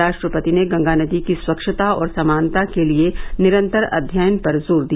राष्ट्रपति ने गंगा नदी की स्वच्छता और समानता के लिए निरंतर अध्ययन पर जोर दिया